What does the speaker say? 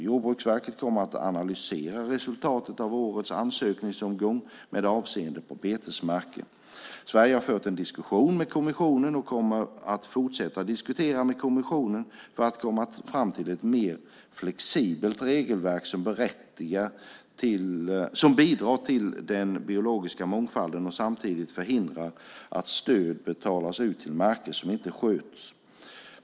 Jordbruksverket kommer att analysera resultatet av årets ansökningsomgång med avseende på betesmarker. Sverige har fört en diskussion med kommissionen och kommer att fortsätta diskutera med kommissionen för att komma fram till ett mer flexibelt regelverk som bidrar till den biologiska mångfalden och samtidigt förhindrar att stöd betalas ut till marker som inte sköts.